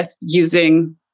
using